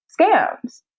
scams